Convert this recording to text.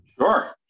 Sure